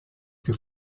più